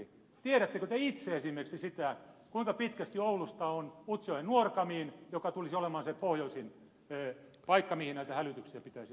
tiedättekö te itse esimerkiksi sitä kuinka pitkästi oulusta on utsjoen nuorgamiin joka tulisi olemaan se pohjoisin paikka mihin näitä hälytyksiä pitäisi osoittaa